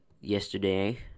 yesterday